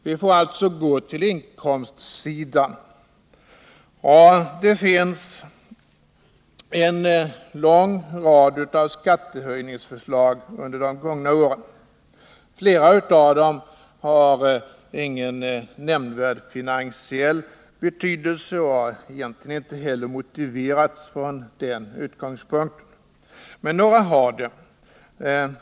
Vi får alltså gå till inkomstsidan, och det finns en lång rad av skattehöjningsförslag under de gångna åren. Flera av dem har ingen nämnvärd finansiell betydelse och har egentligen inte heller motiverats från den utgångspunkten. Men några har det.